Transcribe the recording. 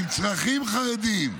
עם צרכים חרדיים.